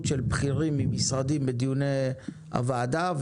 של בכירים ממשרדים בדיוני הוועדה,